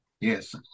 Yes